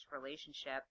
relationship